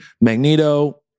Magneto